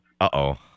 Uh-oh